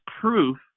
proof